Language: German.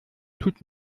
tut